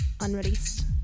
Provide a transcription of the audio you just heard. unreleased